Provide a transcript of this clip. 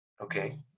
Okay